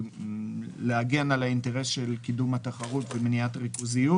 להגן על האינטרס של קידום התחרות ומניעת ריכוזיות.